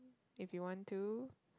if you want to